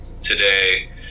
today